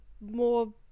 more